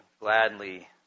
gladly